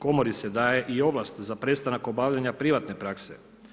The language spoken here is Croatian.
Komori se daje i ovlast za prestanak obavljanja privatne prakse.